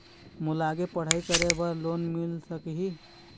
मोला आगे पढ़ई करे बर लोन मिल सकही?